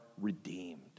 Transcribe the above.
redeemed